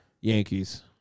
Yankees